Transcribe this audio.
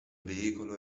veicolo